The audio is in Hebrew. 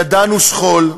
ידענו שכול,